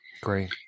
Great